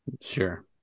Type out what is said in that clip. sure